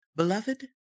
Beloved